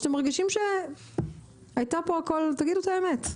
או שאתם מרגישים שהייתה פה הכל, תגידו את האמת.